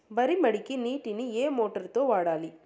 వరి మడికి నీటిని ఏ మోటారు తో వాడాలి?